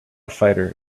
fighter